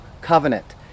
covenant